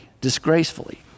disgracefully